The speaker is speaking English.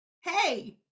hey